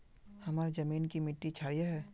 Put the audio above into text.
हमार जमीन की मिट्टी क्षारीय है?